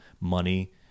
money